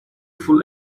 full